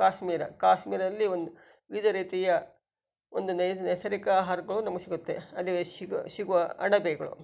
ಕಾಶ್ಮೀರ ಕಾಶ್ಮೀರದಲ್ಲಿ ಒಂದು ವಿವಿಧ ರೀತಿಯ ಒಂದು ನೈಸ್ ನೈಸರ್ಗಿಕ ಆಹಾರಗಳು ನಮಗೆ ಸಿಗುತ್ತೆ ಅಲ್ಲಿ ಸಿಗುವ ಅಣಬೆಗಳು